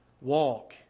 walk